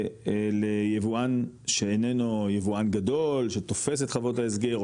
ליבואן שאיננו יבואן גדול שתופס את חוות ההסגר,